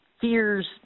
fear's